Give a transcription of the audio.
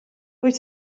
wyt